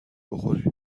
بخوری